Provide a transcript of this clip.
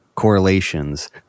Correlations